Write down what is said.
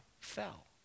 fell